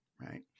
right